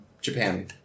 Japan